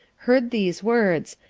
heard these words,